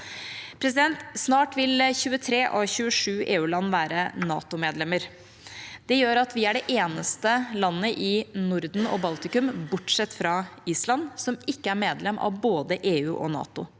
med EU.» Snart vil 23 av 27 EU-land være NATO-medlemmer. Det gjør at vi er det eneste landet i Norden og Baltikum, bortsett fra Island, som ikke er medlem av både EU og NATO.